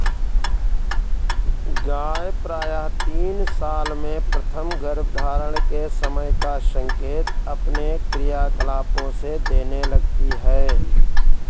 गाय प्रायः तीन साल में प्रथम गर्भधारण के समय का संकेत अपने क्रियाकलापों से देने लगती हैं